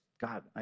God